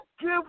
give